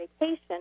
vacation